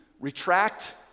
retract